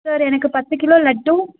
sir எனக்கு பத்து kilo லட்டும்